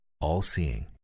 all-seeing